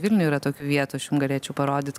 vilniuj yra tokių vietų galėčiau parodyt